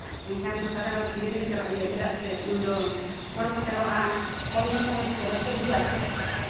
ᱮᱱᱠᱷᱟᱱ ᱫᱚ ᱛᱟᱦᱚᱞᱮ ᱚᱱᱟ ᱯᱷᱨᱤ ᱨᱮᱜᱮ ᱪᱟᱞᱟᱜ ᱦᱩᱭᱩᱜᱼᱟ ᱪᱮᱫᱟᱜ ᱥᱮ ᱩᱱᱫᱚ ᱦᱚᱲ ᱦᱚᱸᱠᱚ ᱡᱟᱨᱣᱟᱜᱼᱟ ᱦᱚᱲ ᱧᱮᱞ ᱛᱮᱦᱚᱸ ᱨᱟᱹᱥᱠᱟᱹ ᱵᱩᱡᱷᱟᱹᱜᱼᱟ ᱥᱮ